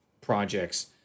projects